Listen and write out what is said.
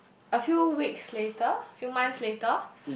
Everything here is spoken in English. a few weeks later a few months later